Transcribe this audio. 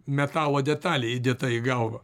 metalo detalė įdėta į galvą